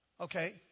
Okay